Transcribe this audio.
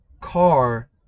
car